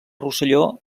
rosselló